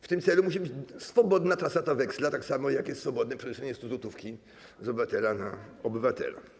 W tym celu musi być swobodna trasata weksla, tak samo jak jest swobodne przenoszenie stuzłotówki z obywatela na obywatela.